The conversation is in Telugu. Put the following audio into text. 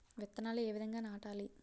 విత్తనాలు ఏ విధంగా నాటాలి?